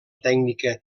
tècnica